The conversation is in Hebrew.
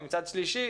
ומצד שלישי,